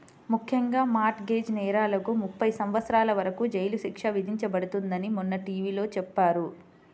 ముఖ్యంగా mortgage నేరాలకు ముప్పై సంవత్సరాల వరకు జైలు శిక్ష విధించబడుతుందని మొన్న టీ.వీ లో చెప్పారు